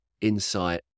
insight